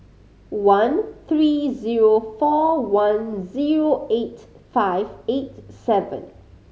one three zero four one zero eight five eight seven